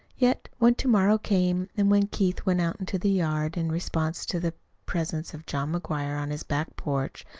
yet, when to-morrow came, and when keith went out into the yard in response to the presence of john mcguire on his back porch,